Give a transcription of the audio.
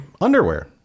underwear